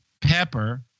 Pepper